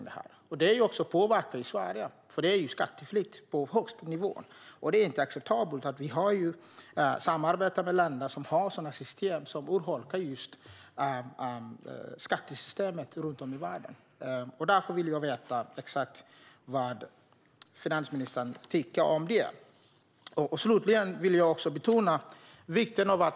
Det påverkar också Sverige. Det är skatteflykt på högsta nivå. Det är inte acceptabelt att vi samarbetar med länder som har sådana system som urholkar skattesystem runt om i världen. Därför vill jag veta exakt vad finansministern tycker om det. Slutligen vill jag betona följande.